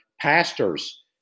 pastors